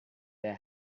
their